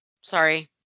Sorry